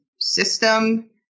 system